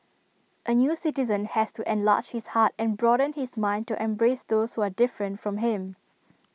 A new citizen has to enlarge his heart and broaden his mind to embrace those who are different from him